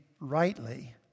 rightly